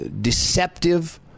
Deceptive